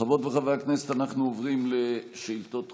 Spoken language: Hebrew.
חברות וחברי הכנסת, אנחנו עוברים לשאילתות דחופות.